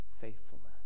faithfulness